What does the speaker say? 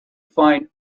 find